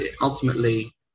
ultimately